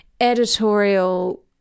editorial